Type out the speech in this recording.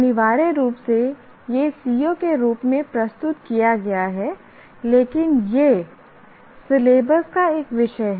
अनिवार्य रूप से यह CO के रूप में प्रस्तुत किया गया है लेकिन यह सिलेबस का एक विषय है